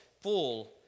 full